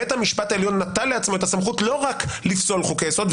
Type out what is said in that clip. בית המשפט העליון נתן לעצמו את הסמכות לא רק לפסול חוקי יסוד,